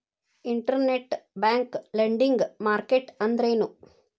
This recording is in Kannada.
ಇನ್ಟರ್ನೆಟ್ ಬ್ಯಾಂಕ್ ಲೆಂಡಿಂಗ್ ಮಾರ್ಕೆಟ್ ಅಂದ್ರೇನು?